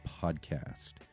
podcast